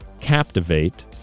Captivate